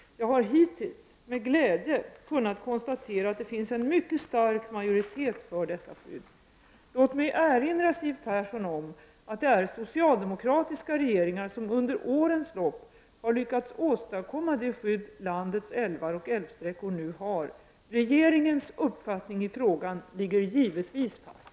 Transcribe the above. Jag har hittills med glädje kunnat konstatera att det finns en mycket stark majoritet för detta skydd. Låt mig erinra Siw Persson om att det är socialdemokratiska regeringar som under årens lopp har lyckats åstadkomma det skydd landets älvar och älvsträckor nu har. Regeringens uppfattning i frågan ligger givetvis fast.